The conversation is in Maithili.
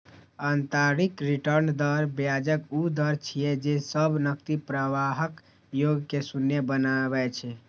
आंतरिक रिटर्न दर ब्याजक ऊ दर छियै, जे सब नकदी प्रवाहक योग कें शून्य बनबै छै